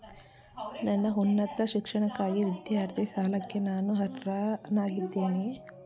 ನನ್ನ ಉನ್ನತ ಶಿಕ್ಷಣಕ್ಕಾಗಿ ವಿದ್ಯಾರ್ಥಿ ಸಾಲಕ್ಕೆ ನಾನು ಅರ್ಹನಾಗಿದ್ದೇನೆಯೇ?